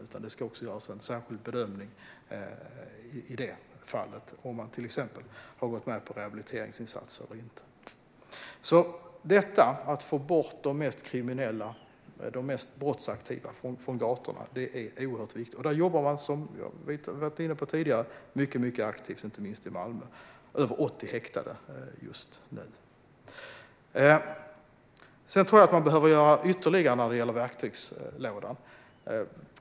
Det ska göras en särskild bedömning i dessa fall när det gäller om man till exempel har gått med på rehabiliteringsinsatser eller inte. Det handlar om att få bort de mest kriminella och de mest brottsaktiva från gatorna; det är oerhört viktigt. Som vi har varit inne på tidigare jobbar man mycket aktivt med detta, inte minst i Malmö. Där har man över 80 häktade just nu. Sedan tror jag att man behöver göra ytterligare saker när det gäller verktygslådan.